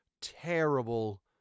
terrible